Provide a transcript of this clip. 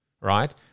right